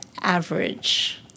average